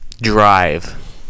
Drive